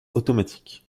automatiques